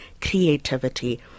creativity